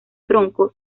tronco